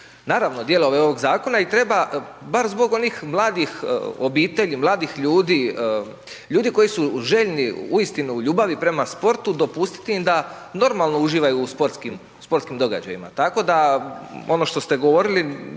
naravno, dijelove ovog zakona i treba bar zbog onih mladih obitelji, mladih ljudi, ljudi koji su željni uistinu u ljubavi prema sportu dopustiti im da normalno uživaju u sportskim događajima. Tako da ono što ste govorili,